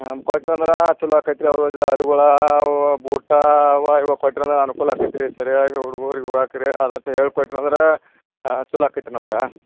ಹಾಂ ಕೊಟ್ರು ಅಂದ್ರಾ ಚಲೋ ಆಕತು ರೀ ಅವ್ರ್ಗಾ ಅರ್ವಿಗಳಾ ಅವು ಬೂಟಾ ಅವ ಇವ ಕೊಟ್ರು ಅಂದರೆ ಅನುಕೂಲ ಆಗ್ತೈತೆ ರೀ ಸರಿಯಾಗಿ ಹುಡ್ಗುರಿಗೆ ಹೋಗಾಕೆ ರೀ ಹೇಳಿ ಕೊಟ್ರು ಅಂದರೆ ಚಲೋ ಆಗ್ತೈತೆ ರೀ ನಮ್ಗೆ